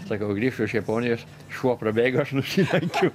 sakau grįžtu iš japonijos šuo prabėgo aš nusilenkiu